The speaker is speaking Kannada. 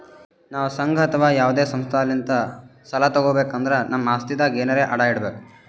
ನಾವ್ ಸಂಘ ಅಥವಾ ಯಾವದೇ ಸಂಸ್ಥಾಲಿಂತ್ ಸಾಲ ತಗೋಬೇಕ್ ಅಂದ್ರ ನಮ್ ಆಸ್ತಿದಾಗ್ ಎನರೆ ಅಡ ಇಡ್ಬೇಕ್